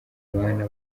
abana